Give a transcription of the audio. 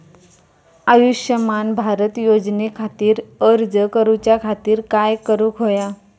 आयुष्यमान भारत योजने खातिर अर्ज करूच्या खातिर काय करुक होया?